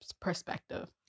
perspective